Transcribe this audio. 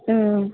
आं